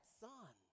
son